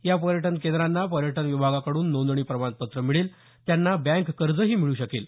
या पर्यटन केंद्रांना पर्यटन विभागाकडून नोंदणी प्रमाणपत्र मिळेल त्यांना बँक कर्जही मिळू शकेल